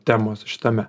temos šitame